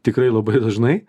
tikrai labai dažnai